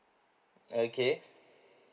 okay